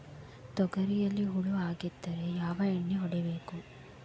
ತೊಗರಿಯಲ್ಲಿ ಹುಳ ಆಗಿದ್ದರೆ ಯಾವ ಎಣ್ಣೆ ಹೊಡಿಬೇಕು?